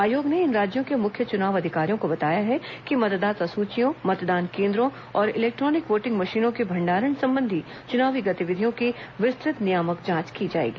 आयोग ने इन राज्यों के मुख्य चुनाव अधिकारियों को बताया है कि मतदाता सूचियों मतदान केंद्रों और इलेक्ट्रॉनिक वोटिंग मशीनों के भंडारण संबंधी चुनावी गतिवधियों की विस्तृत नियामक जांच की जाएगी